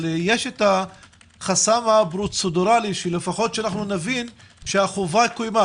אבל יש את החסם הפרוצדוראלי שלפחות נבין שהחובה קוימה,